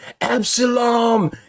Absalom